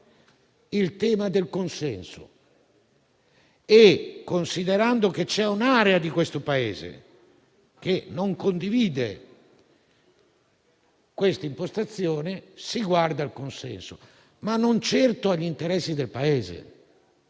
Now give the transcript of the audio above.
il tema del consenso e, considerando che c'è un'area del Paese che non condivide questa impostazione, si guarda al consenso, ma non certo agli interessi del Paese